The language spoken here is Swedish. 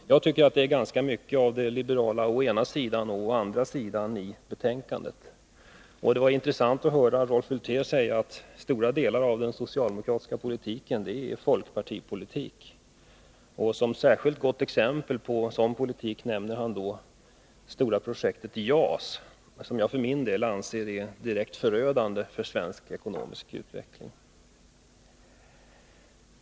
Det är ganska mycket av det liberala ”å ena sidan och å andra sidan” i betänkandet. Det var intressant att höra Rolf Wirtén säga att stora delar av den socialdemokratiska politiken är folkpartipolitik. Som särskilt gott exempel på sådan politik nämner han det stora projektet JAS, som jag för min del anser är direkt förödande för svensk ekonomisk utveckling.